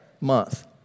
Month